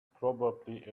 probably